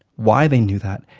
why they knew that,